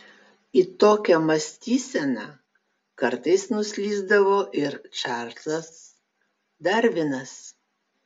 į tokią mąstyseną kartais nuslysdavo ir čarlzas darvinas